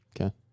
Okay